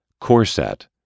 corset